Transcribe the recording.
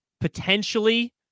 potentially